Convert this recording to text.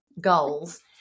goals